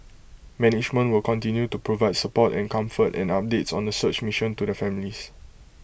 management will continue to provide support and comfort and updates on the search mission to the families